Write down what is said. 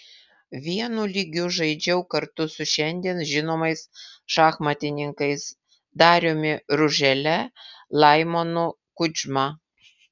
vienu lygiu žaidžiau kartu su šiandien žinomais šachmatininkais dariumi ružele laimonu kudžma